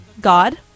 God